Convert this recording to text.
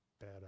Bad